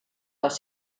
les